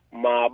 ma